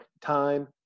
time